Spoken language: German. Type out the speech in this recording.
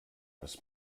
was